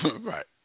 Right